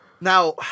Now